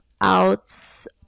Outs